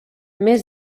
mes